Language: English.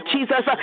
Jesus